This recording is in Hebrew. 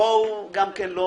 בואו גם לא